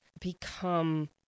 become